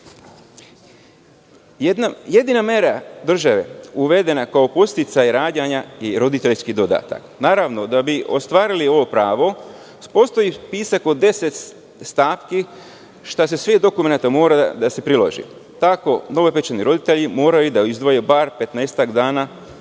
mera države uvedena kao podsticaj rađanja je roditeljski dodatak. Naravno, da bi ostvarili ovo pravo postoji spisak od deset stavki šta se sve od dokumenta mora priložiti. Tako novopečeni roditelji moraju da izdvoje bar